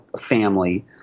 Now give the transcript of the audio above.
family